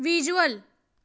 visual